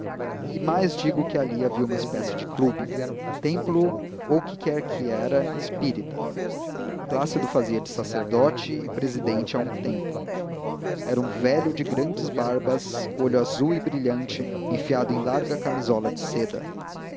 e mais digo que ali havia uma espécie de clube templo ou que quer que era espírita plácido fazia de sacerdote e presidente a um tempo era um velho de grandes barbas olho azul e brilhante enfiado em larga camisola de seda